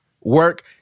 work